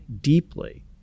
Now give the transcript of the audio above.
deeply